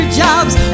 jobs